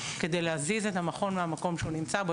כדי להזיז את המכון מהמקום שהוא נמצא בו.